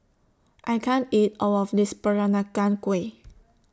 I can't eat All of This Peranakan Kueh